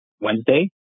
Wednesday